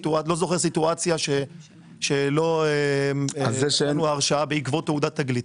סיטואציה שלא נתנו הרשאה בעקבות תעודת תגלית.